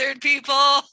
people